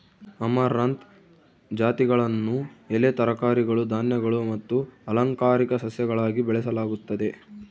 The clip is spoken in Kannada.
ಅಮರಂಥ್ ಜಾತಿಗಳನ್ನು ಎಲೆ ತರಕಾರಿಗಳು ಧಾನ್ಯಗಳು ಮತ್ತು ಅಲಂಕಾರಿಕ ಸಸ್ಯಗಳಾಗಿ ಬೆಳೆಸಲಾಗುತ್ತದೆ